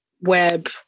web